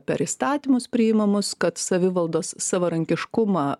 per įstatymus priimamus kad savivaldos savarankiškumą